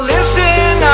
Listen